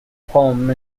poem